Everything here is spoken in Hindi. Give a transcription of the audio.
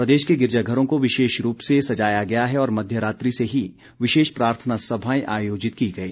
प्रदेश के गिरजाघरों को विशेषरूप से सजाया गया है और मध्यरात्रि से ही विशेष प्रार्थना सभाएं आयोजित की गई